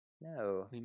No